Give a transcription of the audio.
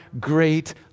great